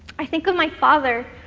i think of my father,